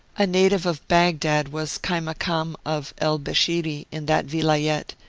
a native of baghdad was kaimakam of el-beshiri, in that vilayet,